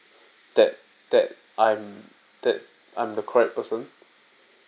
that that I'm that I'm the correct person